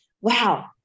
wow